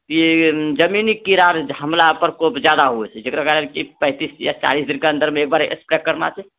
ई जमीनी कीड़ा हमला प्रकोप जादा होइ छै जकरा कारण की पैंतीस या चालीस दिनके अन्दरमे एकबार स्प्रे करना छै